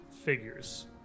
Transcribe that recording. figures